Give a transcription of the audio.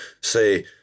say